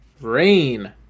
rain